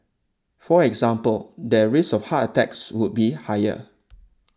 for example their risk of heart attacks would be higher